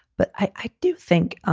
but i do think